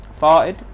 farted